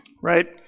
Right